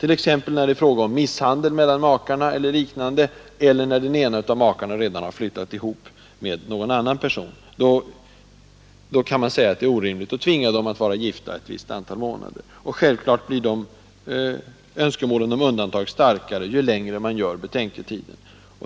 t.ex. när det är fråga om misshandel mellan makarna eller när den ena av makarna redan har flyttat ihop med någon annan person. Då är det knappast rimligt att tvinga dem att vara gifta ett visst antal månader. Självklart blir önskemålen om undantag starkare ju längre betänketiden är.